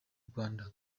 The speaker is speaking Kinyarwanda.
rwanda